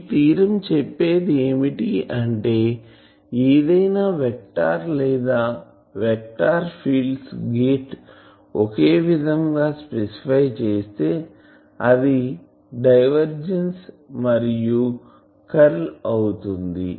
ఈ ధీరం చెప్పేది ఏమిటి అంటే ఏదైనా వెక్టార్ లేదా వెక్టార్ ఫీల్డ్ గేట్స్ ఒకేవిధం గా స్పెసిఫై చేస్తే అది డైవర్జిన్స్ మరియు కర్ల్ అవుతుంది